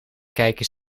kijken